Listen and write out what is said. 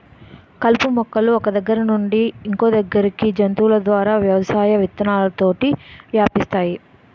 కలుపు మొక్కలు ఒక్క దగ్గర నుండి ఇంకొదగ్గరికి జంతువుల ద్వారా వ్యవసాయం విత్తనాలతోటి వ్యాపిస్తాయి